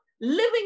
Living